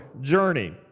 journey